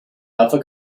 alpha